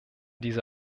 diese